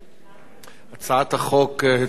הצעת החוק התקבלה בתמיכתם של,